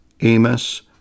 Amos